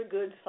Good